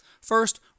First